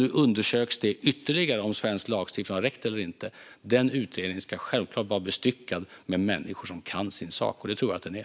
Nu undersöks det ytterligare om svensk lagstiftning har räckt eller inte. Den utredningen ska självklart vara bestyckad med människor som kan sin sak. Det tror jag att den är.